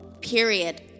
Period